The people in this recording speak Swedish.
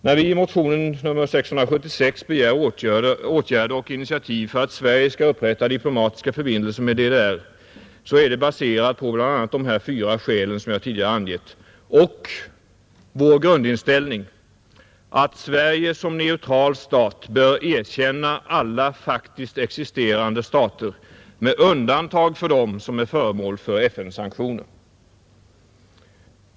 När vi i motionen 676 begär åtgärder och initiativ för att Sverige skall upprätta diplomatiska förbindelser med DDR så är det baserat på bl.a. fyra skäl som jag tidigare angett och vår grundinställning, att Sverige som neutral stat bör erkänna alla faktiskt existerande stater med undantag för dem som är föremål för FN-sanktioner.